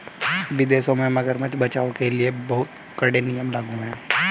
विदेशों में मगरमच्छ बचाओ के लिए बहुत कड़े नियम लागू हैं